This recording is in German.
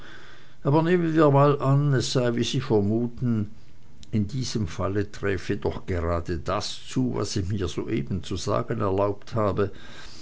aber nehmen wir mal an es sei wie sie vermuten in diesem falle träfe doch gerade das zu was ich mir soeben zu sagen erlaubt habe